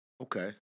Okay